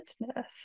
business